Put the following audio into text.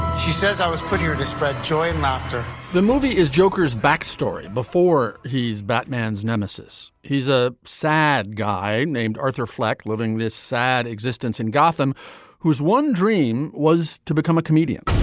she says i was put here to spread joy and laughter the movie is joker's backstory before he's batman's nemesis. he's a sad guy named arthur flack living this sad existence existence in gotham who has one dream was to become a comedian